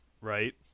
right